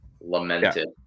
lamented